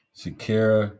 Shakira